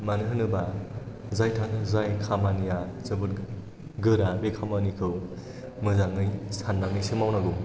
मानो होनोबा जाय जाय खामानिया जोबोद गोरा बे खामानिखौ मोजाङै साननानैसो मावनांगौ